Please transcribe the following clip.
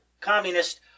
Communist